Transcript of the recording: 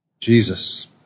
Jesus